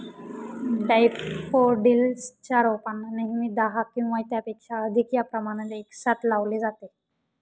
daffodils च्या रोपांना नेहमी दहा किंवा त्यापेक्षा अधिक या प्रमाणात एकसाथ लावले जाते